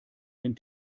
den